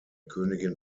königin